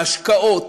ההשקעות,